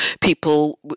people